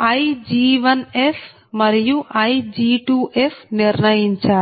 d Ig1f మరియు Ig2f నిర్ణయించాలి